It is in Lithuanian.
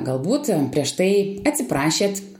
galbūt prieš tai atsiprašėt